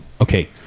Okay